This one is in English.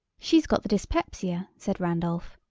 she's got the dyspepsia, said randolph.